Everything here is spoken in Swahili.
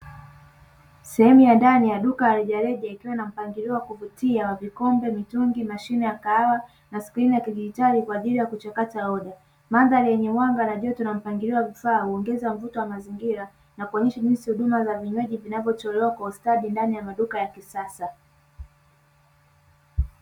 Sehemu ya ndani ya duka rejareja ikiwa na mpangilio wa kuvutia wa vikombe mitungi mashine ya kahawa na siku hizi akijihitaji kwa ajili ya kuchakata oda, mandhari yenye mwanga na joto na mpangilio wa vifaa uongeza mvuto wa mazingira na kuonyesha jinsi huduma za vinywaji vinavyotolewa kwa ustadi ndani ya maduka ya kisasa.